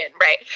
right